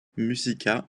musica